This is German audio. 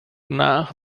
nach